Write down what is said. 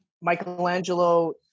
michelangelo